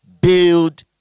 Build